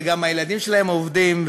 וגם הילדים שלהם עובדים,